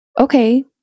okay